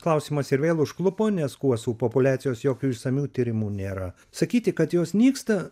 klausimas ir vėl užklupo nes kuosų populiacijos jokių išsamių tyrimų nėra sakyti kad jos nyksta